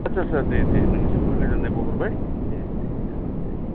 आदसा आदसा दे दे नोंनिसिमबो गोजोन्नाय बावहरबाय दे दे गोजोन्थों दे